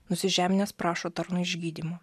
nusižeminęs prašo tarno išgydymo